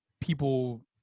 people